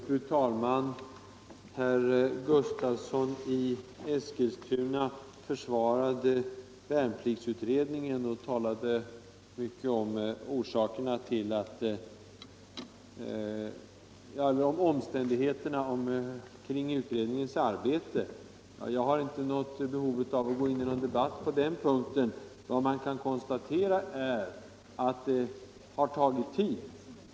Fru talman! Herr Gustavsson i Eskilstuna försvarade värnpliktsutredningen och talade mycket om omständigheterna kring utredningens arbete. Jag har inte något behov av att gå in i en debatt på den punkten. Vad man kan konstatera är att det har tagit tid.